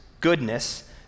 goodness